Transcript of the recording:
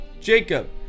Jacob